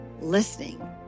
listening